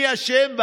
מי אשם?